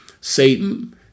Satan